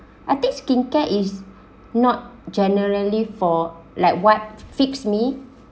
I think skincare is not generally for like what fits me